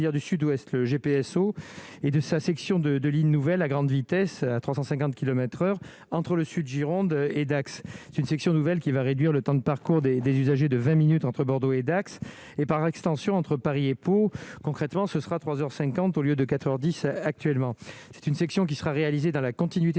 ferroviaire du Sud-Ouest, le GPSO et de sa section de ligne nouvelle à grande vitesse à 350 kilomètres heure entre le sud Gironde et Dax c'est une section nouvelle qui va réduire le temps de parcours des des usagers de 20 minutes entre Bordeaux et Dax et, par extension, entre Paris et Pau, concrètement, ce sera 3 heures 50 au lieu de 4 heures 10 actuellement, c'est une section qui sera réalisé dans la continuité